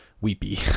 weepy